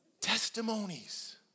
Testimonies